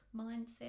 Mindset